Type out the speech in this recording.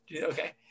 Okay